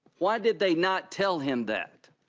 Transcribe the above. why did they not tell him that?